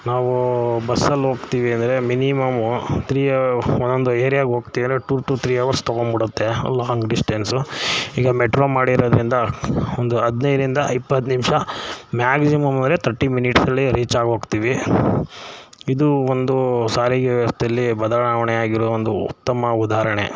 ನಾವು ಬಸ್ಸಲ್ಲಿ ಹೋಗ್ತೀವಿ ಅಂದರೆ ಮಿನಿಮಮ್ಮು ತ್ರೀ ಅವು ಒಂದೊಂದು ಏರಿಯಾಗೆ ಹೋಗ್ತೀವಿ ಅಂದರೆ ಟು ಟು ತ್ರೀ ಅವರ್ಸ್ ತೊಗೊಂಡ್ಬಿಡುತ್ತೆ ಲಾಂಗ್ ಡಿಸ್ಟೆನ್ಸು ಈಗ ಮೆಟ್ರೋ ಮಾಡಿರೋದರಿಂದ ಒಂದು ಹದ್ನೈದ್ರಿಂದ ಇಪ್ಪತ್ತು ನಿಮಿಷ ಮ್ಯಾಕ್ಸಿಮಮ್ ಅಂದರೆ ಥರ್ಟಿ ಮಿನಿಟ್ಸಲ್ಲಿ ರೀಚಾಗಿ ಹೋಗ್ತೀವಿ ಇದು ಒಂದು ಸಾರಿಗೆ ವ್ಯವಸ್ಥೆಯಲ್ಲಿ ಬದಲಾವಣೆ ಆಗಿರುವ ಒಂದು ಉತ್ತಮ ಉದಾರಣೆ